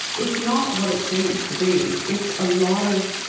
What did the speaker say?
it's not what it seems to be. it's a lot of